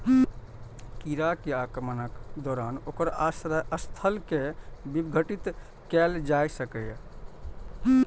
कीड़ा के आक्रमणक दौरान ओकर आश्रय स्थल कें विघटित कैल जा सकैए